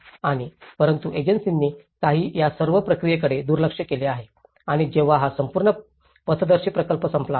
आणि परंतु एजन्सींनी काहींनी या सर्व प्रक्रियेकडे दुर्लक्ष केले आहे आणि जेव्हा हा संपूर्ण पथदर्शी प्रकल्प संपला आहे